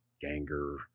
ganger